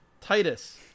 Titus